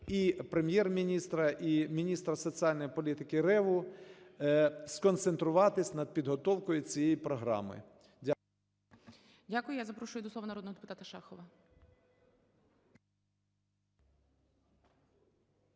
і Прем'єр-міністра, і міністра соціальної політики Реву сконцентруватись над підготовкою цієї програми. Дякую.